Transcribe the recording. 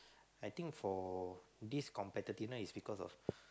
I think for this competitiveness is because of